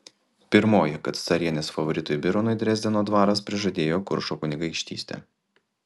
pirmoji kad carienės favoritui bironui dresdeno dvaras prižadėjo kuršo kunigaikštystę